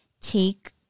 take